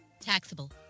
Taxable